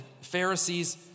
Pharisees